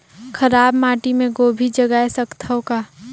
खराब माटी मे गोभी जगाय सकथव का?